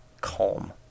calm